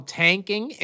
tanking